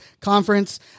Conference